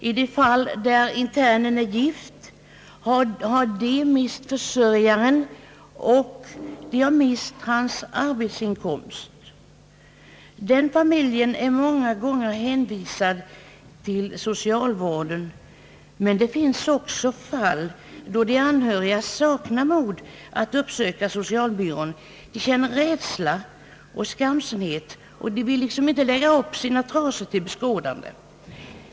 I de fall där internen är gift har familjen mist sin försörjare och mist hans arbetsinkomst. En sådan familj är många gånger hänvisad till socialvården, men det finns också fall då de anhöriga saknar mod att uppsöka socialbyrån. De känner rädsla och skam och de vill liksom inte lägga upp sina trasor till beskådande.